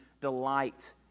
delight